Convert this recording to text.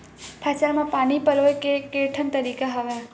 फसल म पानी पलोय के केठन तरीका हवय?